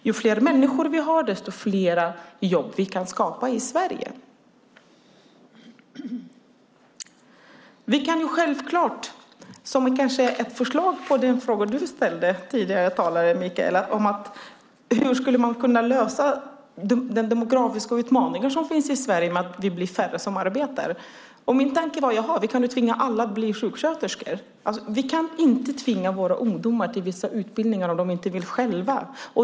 Ju fler människor vi har, desto fler jobb kan vi skapa i Sverige. Den tidigare talaren ställde frågan: Hur kan man lösa de demografiska utmaningar som finns i Sverige i och med att vi blir färre som arbetar? Min tanke var: Vi kan ju tvinga alla att bli sjuksköterskor. Men vi kan inte tvinga våra ungdomar till vissa utbildningar om de inte vill själva.